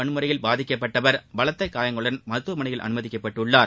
வன்முறையில் பாதிக்கப்பட்டவர் பாலியல் பலத்த காயங்களுடன் மருத்துவமனையில் அனுமதிக்கப்பட்டுள்ளார்